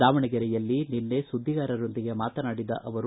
ದಾವಣಗೆರೆಯಲ್ಲಿ ನಿನ್ನೆ ಸುದ್ದಿಗಾರರೊಂದಿಗೆ ಮಾತನಾಡಿದ ಅವರು